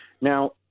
Now